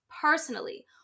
personally